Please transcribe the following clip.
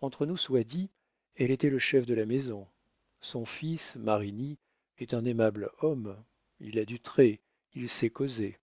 entre nous soit dit elle était le chef de la maison son fils marigny est un aimable homme il a du trait il sait causer